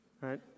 right